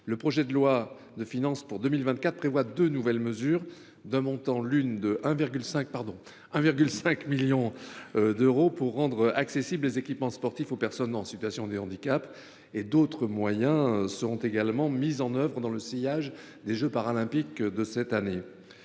Le projet de loi de finances pour 2024 prévoit deux mesures nouvelles, d’un montant de 1,5 million d’euros, pour rendre accessibles les équipements sportifs aux personnes en situation de handicap. D’autres moyens seront également mis en œuvre dans le sillage des jeux Paralympiques de 2024.